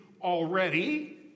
already